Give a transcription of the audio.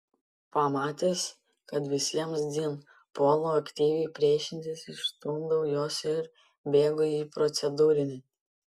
pamatęs kad visiems dzin puolu aktyviai priešintis išstumdau juos ir bėgu į procedūrinį